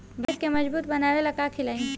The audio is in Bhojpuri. भैंस के मजबूत बनावे ला का खिलाई?